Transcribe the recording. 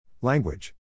Language